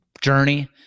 journey